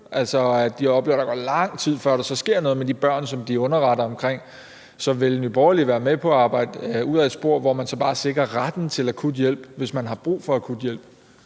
altså at de oplever, at der går lang tid, før der så sker noget med de børn, som de underretter om. Så vil Nye Borgerlige være med på at arbejde ud af et spor, hvor man så bare sikrer retten til akut hjælp, hvis man har brug for akut hjælp,